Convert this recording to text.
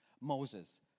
Moses